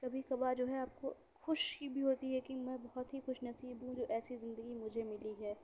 کبھی کبھار جو ہے آپ کو خوشی بھی ہوتی ہے کہ میں بہت ہی خوش نصیب ہوں جو ایسی زندگی مجھے ملی ہے